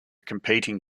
competing